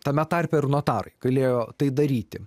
tame tarpe ir notarai galėjo tai daryti